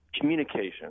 communication